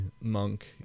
monk